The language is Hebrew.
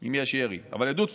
אם יש ירי, אבל עדות פתוחה.